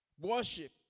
Worship